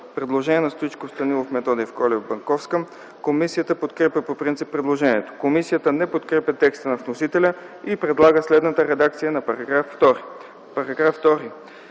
представители Стоичков, Станилов, Методиев, Колев и Банковска. Комисията подкрепя по принцип предложението. Комисията не подкрепя текста на вносителя и предлага следната редакция на § 2: „§ 2.